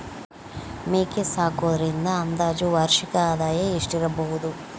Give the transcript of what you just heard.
ಮೇಕೆ ಸಾಕುವುದರಿಂದ ಅಂದಾಜು ವಾರ್ಷಿಕ ಆದಾಯ ಎಷ್ಟಿರಬಹುದು?